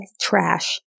trash